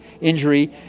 injury